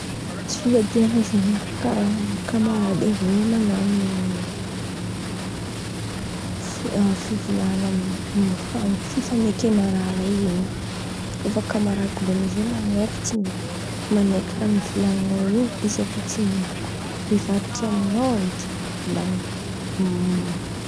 Tsy fivadian̈a zen̈y, karàha kamarady aroe man̈ano fi-fivolan̈ana amy mifa-fifaneken̈a raha ray zen̈y, kô fa kamaradin̈ao zen̈y manaiky manaiky raha nivolan̈aninao in̈y izy efa tsy mivadika amin̈ao eky mba.